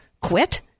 quit